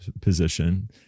position